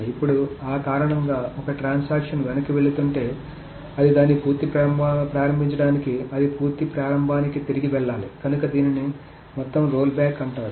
ఇప్పుడు అకారణంగా ఒక ట్రాన్సాక్షన్ వెనక్కి వెళుతుంటే అది దాని పూర్తి ప్రారంభానికి దీని పూర్తి ప్రారంభానికి తిరిగి వెళ్లాలి కనుక దీనిని మొత్తం రోల్ బ్యాక్ అంటారు